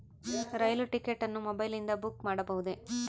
ರೈಲು ticket ಅನ್ನು ಮೊಬೈಲಿಂದ book ಮಾಡಬಹುದೆ?